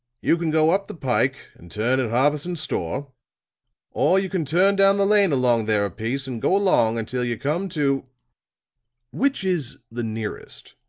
you can go up the pike and turn at harbison's store or you can turn down the lane along there a piece and go along until you come to which is the nearest?